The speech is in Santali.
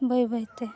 ᱵᱟᱹᱭ ᱵᱟᱹᱭᱛᱮ